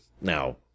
now